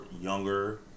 younger